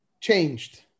changed